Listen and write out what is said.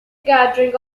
gathering